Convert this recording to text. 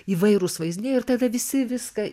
įvairūs vaizdiniai ir tada visi viską